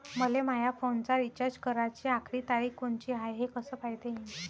मले माया फोनचा रिचार्ज कराची आखरी तारीख कोनची हाय, हे कस पायता येईन?